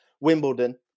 Wimbledon